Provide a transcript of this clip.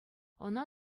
ӑна